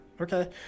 Okay